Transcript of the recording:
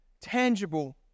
tangible